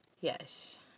Yes